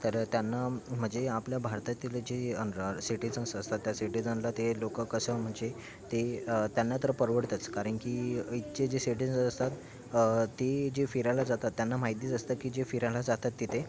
तर त्यांना म्हणजे आपल्या भारतातील जे अनरा सिटीजन्स असतात त्या सिटीजनला ते लोकं कसं म्हणजे ते त्यांना तर परवडतंच कारण की इथे जे सिटीजन्स असतात ते जे फिरायला जातात त्यांना माहितीच असतं की जे फिरायला जातात तिथे